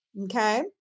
Okay